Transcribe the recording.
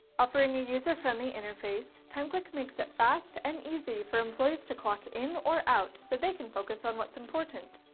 offering a user-friendly interface, timeclick makes it fast and easy for employees to clock in or out so they can focus on what's important.